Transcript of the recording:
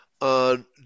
on